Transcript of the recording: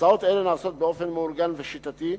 הסעות אלה נעשות באופן מאורגן ושיטתי,